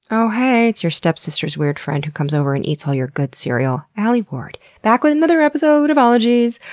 oh haaayyy, it's your stepsister's weird friend who comes over and eats all your good cereal, alie ward, back with another episode of ologies.